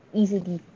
easily